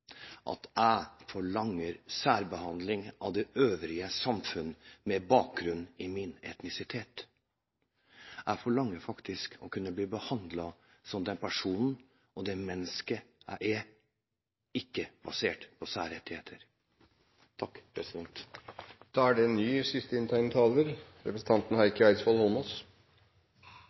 at jeg forlanger særbehandling av det øvrige samfunn med bakgrunn i min etnisitet. Jeg forlanger faktisk å kunne bli behandlet som den personen og det mennesket jeg er – ikke basert på særrettigheter. Jeg følte behov for å si noe, slik at det